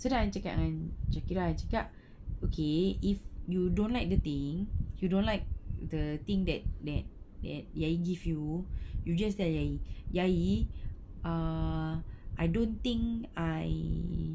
so dah aku cakap dengan shakirah I cakap okay if you don't like the thing you don't like the thing that that that ayi give you you just tell ayi err I don't think I